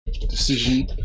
Decision